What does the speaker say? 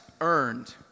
earned